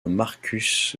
markus